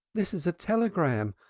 this is a telegram.